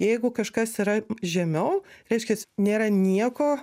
jeigu kažkas yra žemiau reiškias nėra nieko